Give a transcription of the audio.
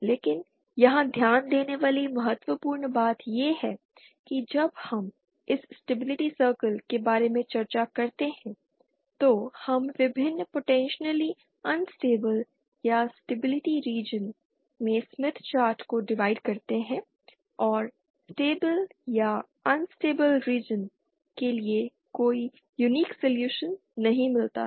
लेकिन यहां ध्यान देने वाली महत्वपूर्ण बात यह है कि जब हम इस स्टेबिलिटी सर्कल के बारे में चर्चा करते हैं तो हम विभिन्न पोटेंशियली अनस्टेबिल या स्टेबिलि रीजन में स्मित चार्ट को डिवाइड करते हैं और स्टेबिल या अनस्टेबिल रीजन के लिए कोई यूनिक सॉल्यूशन नहीं मिलता है